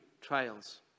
trials